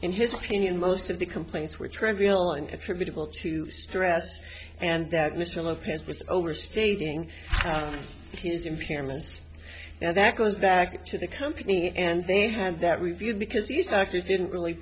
in his opinion most of the complaints were trivial and attributable to stress and that mr lopez was overstating his impairment now that goes back to the company and they had that reviewed because these doctors didn't really